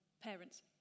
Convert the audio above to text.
parents